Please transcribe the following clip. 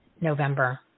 November